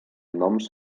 noms